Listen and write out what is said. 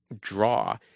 draw